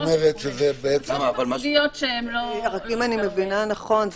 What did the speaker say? אם אני מבינה נכון,